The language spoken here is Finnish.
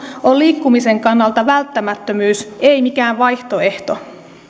on liikkumisen kannalta välttämättömyys ei mikään vaihtoehto